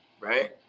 right